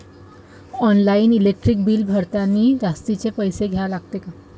Online electric bill भरतानी जास्तचे पैसे द्या लागते का?